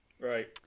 Right